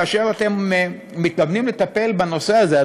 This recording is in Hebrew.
כאשר אתם מתכוונים לטפל בנושא הזה,